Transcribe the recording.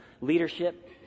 leadership